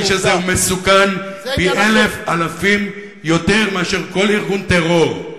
--- אני אומר לך שהאיש הזה הוא מסוכן פי אלף אלפים מכל ארגון טרור.